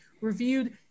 reviewed